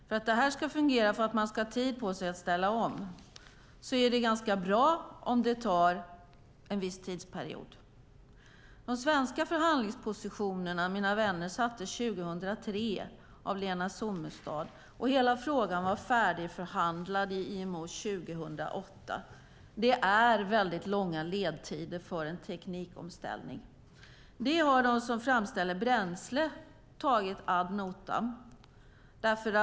För att detta ska fungera och för att man ska ha tid på sig att ställa om är det ganska bra om det tar en viss tidsperiod. De svenska förhandlingspositionerna, mina vänner, sattes 2003 av Lena Sommestad. Hela frågan var färdigförhandlad i IMO 2008. Det är väldigt långa ledtider för en teknikomställning. Det har de som framställer bränsle tagit ad notam.